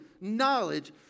knowledge